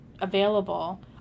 available